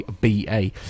BA